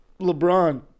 LeBron